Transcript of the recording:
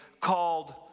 called